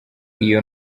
iyi